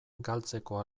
galtzeko